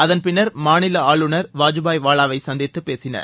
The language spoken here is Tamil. அதன் பின்னர் மாநில ஆளுநர் வாஜூபாய் வாலாவை சந்தித்து பேசினர்